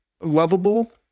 lovable